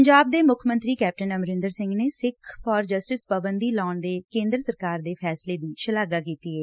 ਪੰਜਾਬ ਦੇ ਮੁੱਖ ਮੰਤਰੀ ਕੈਪਟਨ ਅਮਰੰਦਰ ਸੰਘ ਨੇ ਸੱਖਸ ਫਾਰ ਜਸਟਿਸ ਤੇ ਪਾਬੰਦੀ ਲਾਉਣ ਦੇ ਕੇਦਰ ਸਰਕਾਰ ਦੇ ਫੈਸਲੇ ਦੀ ਸ਼ਲਾਘਾ ਕੀਤੀ ਏ